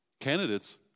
Candidates